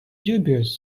dubious